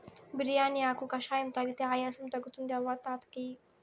బిర్యానీ ఆకు కషాయం తాగితే ఆయాసం తగ్గుతుంది అవ్వ తాత కియి